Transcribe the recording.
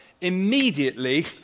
immediately